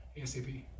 ASAP